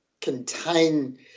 contain